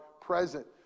present